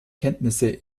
kenntnisse